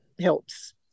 helps